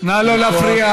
נא לא להפריע.